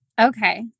Okay